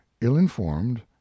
ill-informed